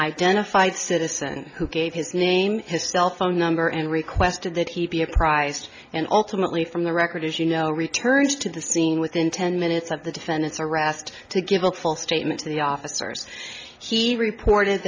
identified citizen who gave his name his cell phone number and requested that he be apprised and ultimately from the record as you know returns to the scene within ten minutes of the defendant's arrest to give a false statement to the officers he reported